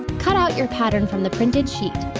cut out your pattern from the printed sheet.